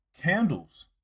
Candles